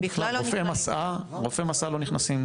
רופאי מסע לא נכנסים